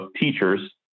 teachers